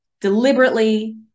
deliberately